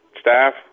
staff